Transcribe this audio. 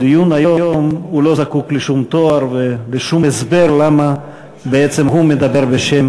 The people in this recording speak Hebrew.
בדיון היום הוא לא זקוק לשום תואר ולשום הסבר למה בעצם הוא מדבר בשם